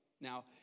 Now